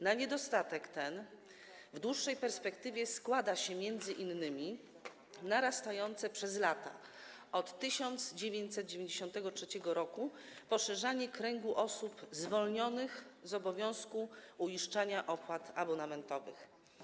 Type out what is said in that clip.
Na niedostatek ten w dłuższej perspektywie składa się m.in. narastające przez lata od 1993 r. poszerzanie kręgu osób zwolnionych z obowiązku uiszczania opłat abonamentowych.